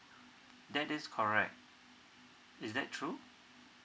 that is correct is that true